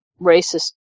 racist